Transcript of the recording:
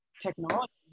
technology